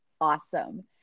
awesome